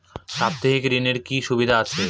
সাপ্তাহিক ঋণের কি সুবিধা আছে?